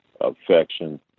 affection